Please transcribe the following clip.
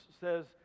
says